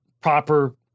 proper